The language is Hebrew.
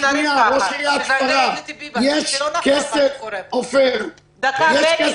יש כסף, עפר שלח.